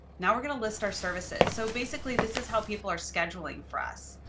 now, we're going to list our services. so basically, this is how people are scheduling for us.